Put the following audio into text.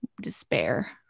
despair